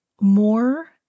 more